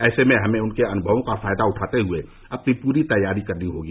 ऐसे र्म हमें उनके अनुषवों से फायदा उठाते हुए अपनी पूरी तैयारी करनी होगी